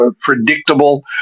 predictable